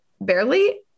barely